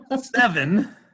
Seven